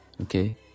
okay